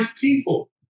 people